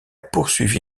poursuivi